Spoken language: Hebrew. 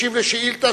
ביום ט"ו